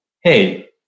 hey